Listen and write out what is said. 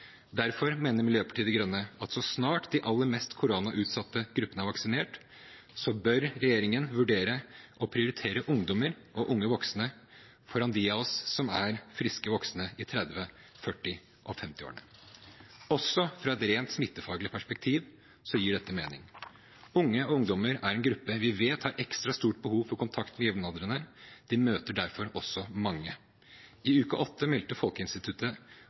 Derfor mener Miljøpartiet De Grønne at så snart de aller mest koronautsatte gruppene er vaksinert, bør regjeringen vurdere å prioritere ungdommer og unge voksne foran dem av oss som er friske voksne i 30-, 40- og 50-årene. Også fra et rent smittefaglig perspektiv gir dette mening. Unge og ungdommer er en gruppe vi vet har ekstra stort behov for kontakt med jevnaldrende. De møter derfor også mange. I uke 8 meldte